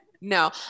no